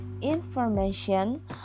information